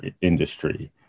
industry